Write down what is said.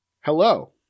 Hello